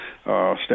staff